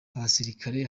abasirikare